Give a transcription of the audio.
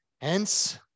Hence